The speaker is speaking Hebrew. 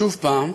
שוב פעם,